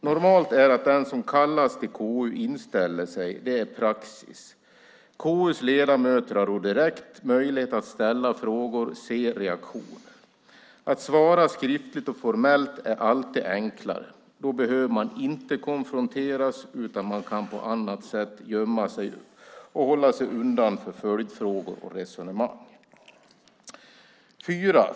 Normalt är att den som kallas till KU inställer sig. Det är praxis. KU:s ledamöter har direkt möjlighet att ställa frågor och se reaktion. Att svara skriftligt och formellt är alltid enklare. Då behöver man inte konfronteras, utan man kan gömma sig och hålla sig undan följdfrågor och resonemang. 4.